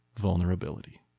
vulnerability